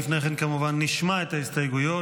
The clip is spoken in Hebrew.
לפני כן, כמובן, נשמע את ההסתייגויות.